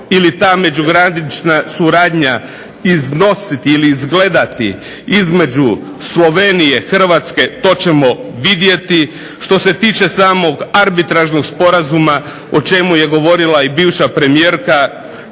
ili kako međugranična suradnja iznositi ili izgledati između Slovenije i Hrvatske? To ćemo vidjeti. Što se tiče samog Arbitražnog sporazuma o čemu je govorila i bivša premijerka,